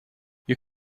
you